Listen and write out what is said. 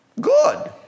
good